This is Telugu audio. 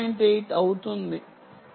8 అవుతుంది